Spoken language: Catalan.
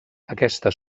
aquesta